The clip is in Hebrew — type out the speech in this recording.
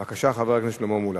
בבקשה, חבר הכנסת שלמה מולה,